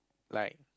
like